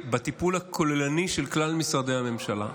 בטיפול הכוללני של כלל משרדי הממשלה.